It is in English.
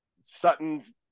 Sutton's